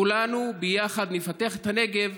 כולנו ביחד נפתח את הנגב,